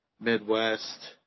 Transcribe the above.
Midwest